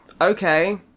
okay